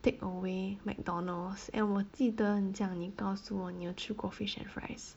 takeaway McDonald's and 我记得你讲你告诉我你有吃过 fish and fries